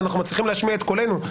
ואנחנו מצליחים להשמיע את קולנו.